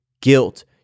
guilt